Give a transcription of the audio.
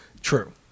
True